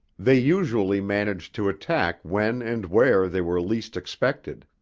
they usually managed to attack when and where they were least expected.